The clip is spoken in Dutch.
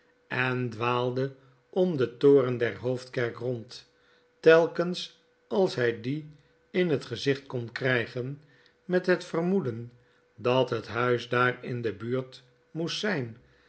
en dwaalde om den toren der hoofdkerk rond telkens als hij dien in het gezicht kon krggen met het vermoeden dat het huis daar in de buurt moest zijn